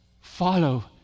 follow